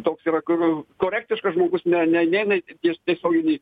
toks yra kur korektiškas žmogus ne ne ne ne ir tiesioginį